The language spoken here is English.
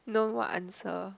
no more answer